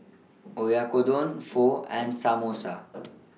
Oyakodon Pho and Samosa